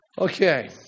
Okay